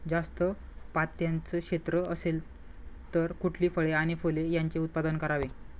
जास्त पात्याचं क्षेत्र असेल तर कुठली फळे आणि फूले यांचे उत्पादन करावे?